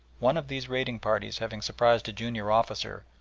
one of these raiding parties having surprised a junior officer,